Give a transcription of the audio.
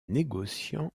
négociant